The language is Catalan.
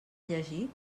llegir